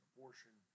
Abortion